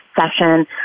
session